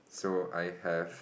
so I have